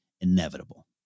inevitable